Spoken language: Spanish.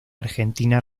argentina